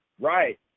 right